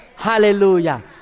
Hallelujah